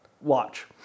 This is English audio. watch